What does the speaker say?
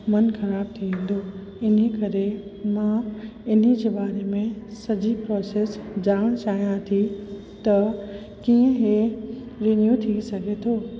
मन ख़राबु थी वेंदो इन्हीअ करे मां इन्हीअ जे बारे में सॼी प्रोसेस ॼाणु चाहियां थी त कीअं हे रिन्यू थी सघे थो